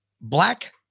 Black